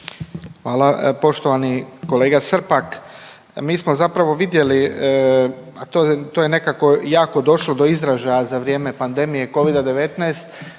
Hvala. Poštovani kolega Srpak, mi smo zapravo vidjeli, a to je nekako jako došlo do izražaja za vrijeme pandemije Covida-19,